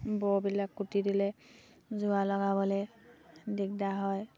বৰবিলাক কুটি দিলে যোৰা লগাবলে দিগদাৰ হয়